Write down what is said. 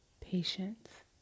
patience